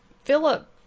Philip